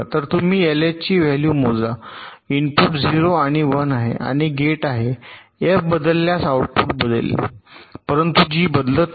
तर तुम्ही आता LH ची व्हॅल्यू मोजा इनपुटमध्ये 0 आणि 1 आहे आणि गेट आहे एफ बदलल्यास आउटपुट बदलेल परंतु जी बदलत नाही